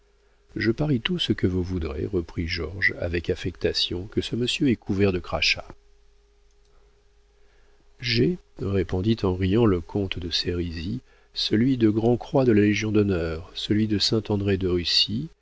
je parie tout ce que vous voudrez reprit georges avec affectation que ce monsieur est couvert de crachats j'ai répondit en riant le comte de sérisy celui de grand-croix de la légion-d'honneur celui de saint-andré de russie